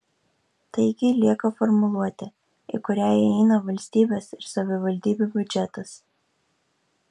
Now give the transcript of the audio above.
taigi lieka formuluotė į kurią įeina valstybės ir savivaldybių biudžetas